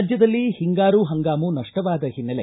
ರಾಜ್ಯದಲ್ಲಿ ಹಿಂಗಾರು ಹಂಗಾಮು ನಷ್ಟವಾದ ಹಿನ್ನೆಲೆ